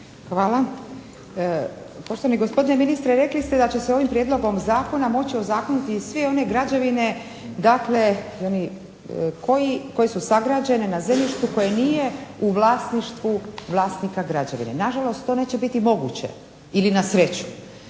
Hvala. Poštovani gospodine ministre, rekli ste da će se ovim prijedlogom zakona moći ozakoniti i sve one građevine koje su sagrađene na zemljištu koje nije u vlasništvu vlasnika građevine. Nažalost to neće biti moguće, ili na sreću.